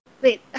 Wait